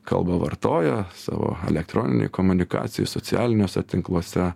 kalbą vartoja savo elektroninėj komunikacijoj socialiniuose tinkluose